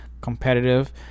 competitive